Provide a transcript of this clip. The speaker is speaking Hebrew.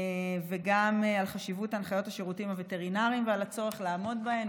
וגם על חשיבות הנחיות השירותים הווטרינריים ועל הצורך לעמוד בהן.